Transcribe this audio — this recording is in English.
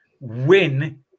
Win